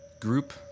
Group